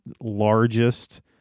largest